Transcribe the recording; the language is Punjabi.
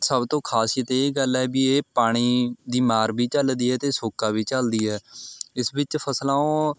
ਸਭ ਤੋਂ ਖਾਸੀਅਤ ਇਹ ਗੱਲ ਹੈ ਵੀ ਇਹ ਪਾਣੀ ਦੀ ਮਾਰ ਵੀ ਝੱਲਦੀ ਹੈ ਅਤੇ ਸੋਕਾ ਵੀ ਝੱਲਦੀ ਹੈ ਇਸ ਵਿੱਚ ਫਸਲਾਂ ਉਹ